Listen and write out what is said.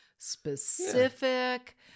specific